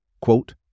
Quote